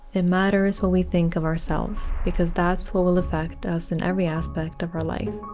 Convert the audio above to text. it matters what we think of ourselves, because that's what will affect us in every aspect of our life.